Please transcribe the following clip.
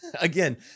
again